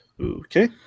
Okay